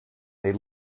they